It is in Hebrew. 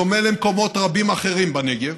בדומה למקומות רבים אחרים בנגב,